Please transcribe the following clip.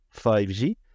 5G